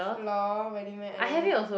lol really meh I never